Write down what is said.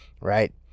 right